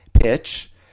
pitch